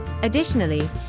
Additionally